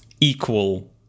equal